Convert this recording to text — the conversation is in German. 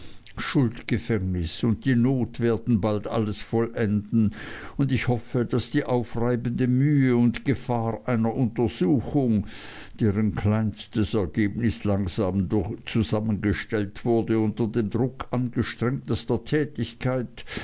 schuldgefängnis und die not werden alles bald vollenden und ich hoffe daß die aufreibende mühe und gefahr einer untersuchung deren kleinstes ergebnis langsam zusammengestellt wurde unter dem druck angestrengtester tätigkeit